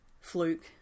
fluke